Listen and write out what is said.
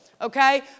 Okay